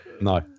No